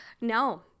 No